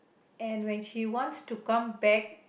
and when she wants to come back